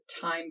time